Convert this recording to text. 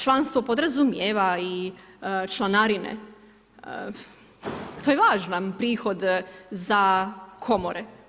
Članstvo podrazumijeva i članarine, to važan prihod za komore.